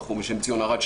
בחור בשם ציון ארד,